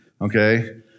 okay